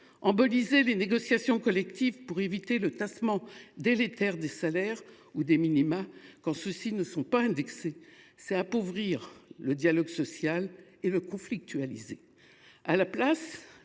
Emboliser des négociations collectives qui visent à éviter le tassement délétère des salaires ou des minima quand ceux ci ne sont pas indexés reviendrait à appauvrir le dialogue social et à le conflictualiser.